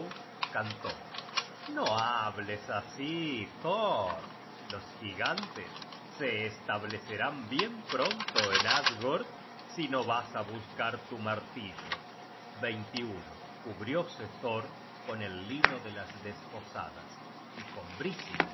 cantó no hables así thor los gigantes se establecerán bien pronto en asgord si no vas á buscar tu martillo cubriose thor con el lino de las desposadas y con brising el